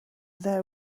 there